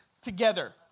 together